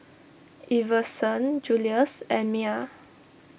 Iverson Julious and Miah